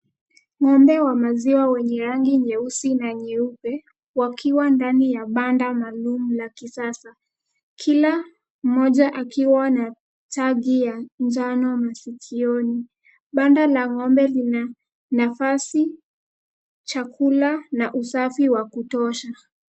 Ng'ombe wa maziwa wenye rangi nyeusi na nyeupe wakiwa ndani ya banda maalumu la kisasa, kila mmoja akiwa na tagi ya njano masikioni. Banda la ng'ombe lina nafasi, chakula na usafi wa kutosha.